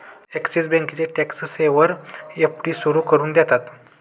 axis बँकेचे tax saver FD सुरू करून देतात